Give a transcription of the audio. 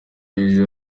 ejo